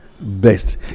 Best